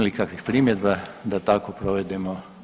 Ima li kakvih primjedba da tako provedemo?